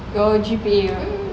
your G_P_A right